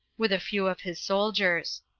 with a few of his soldiers.